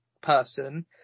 person